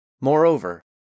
Moreover